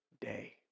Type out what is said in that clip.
day